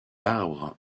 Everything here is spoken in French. arbres